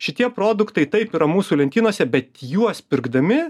šitie produktai taip yra mūsų lentynose bet juos pirkdami